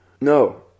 No